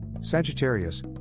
Sagittarius